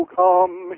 come